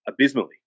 abysmally